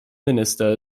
minister